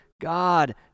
God